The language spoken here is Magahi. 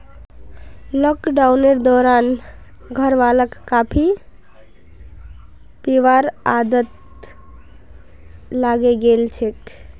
लॉकडाउनेर दौरान घरवालाक कॉफी पीबार आदत लागे गेल छेक